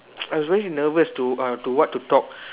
I was really very nervous to uh to what to talk